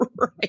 Right